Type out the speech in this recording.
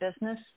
business